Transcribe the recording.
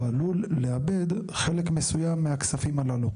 הוא עלול לאבד חלק מסוים מהכספים הללו.